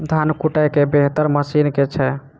धान कुटय केँ बेहतर मशीन केँ छै?